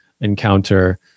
encounter